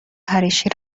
پریشی